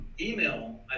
email